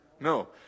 No